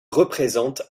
représente